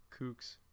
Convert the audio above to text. kooks